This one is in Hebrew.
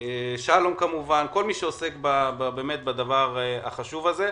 שלום כמובן, כל מי שעוסק בדבר החשוב הזה.